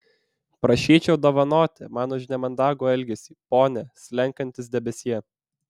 prašyčiau dovanoti man už nemandagų elgesį pone slenkantis debesie